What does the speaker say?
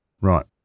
Right